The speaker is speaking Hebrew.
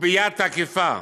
וביד תקיפה.